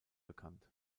bekannt